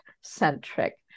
centric